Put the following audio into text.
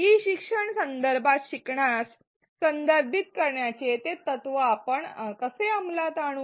E शिक्षण संदर्भात शिक्षणास संदर्भित करण्याचे हे तत्व आपण कसे अंमलात आणू